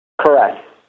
Correct